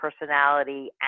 personality